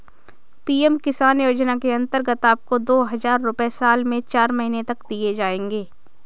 PM Kisan योजना के अंतर्गत आपको दो हज़ार रुपये साल में चार महीने तक दिए जाएंगे